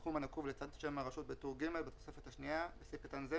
מענק בסכום הנקוב לצד שם הרשות בטור ג' בתוספת השנייה (בסעיף קטן זה,